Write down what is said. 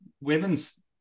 women's